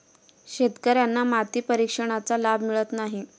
शेतकर्यांना माती परीक्षणाचा लाभ मिळत आहे